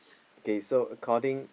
okay so according